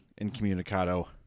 incommunicado